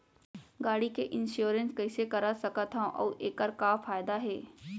गाड़ी के इन्श्योरेन्स कइसे करा सकत हवं अऊ एखर का फायदा हे?